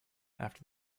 after